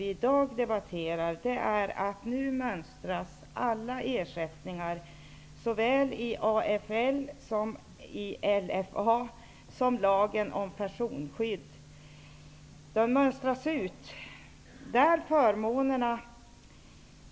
I dag debatteras frågan om att alla ersättningar i såväl AFL, LFA som lagen om personskydd mönstras ut i de fall där förmånerna har